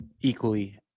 equally